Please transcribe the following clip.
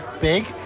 big